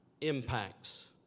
impacts